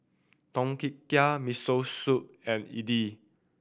Tom Kha Gai Miso Soup and Idili